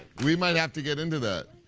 we might have to get into that.